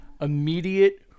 immediate